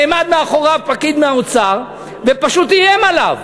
נעמד מאחוריו פקיד מהאוצר ופשוט איים עליו.